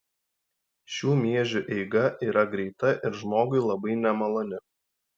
šių miežių eiga yra greita ir žmogui labai nemaloni